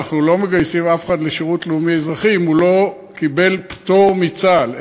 אנחנו לא מגייסים אף אחד לשירות לאומי אזרחי אם הוא לא קיבל פטור מצה"ל.